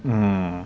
mm